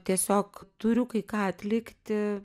tiesiog turiu kai ką atlikti